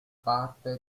parte